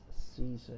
season